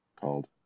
called